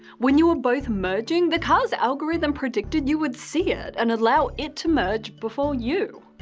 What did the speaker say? when you were both merging, the car's algorithm predicted you would see it and allow it to merge before you.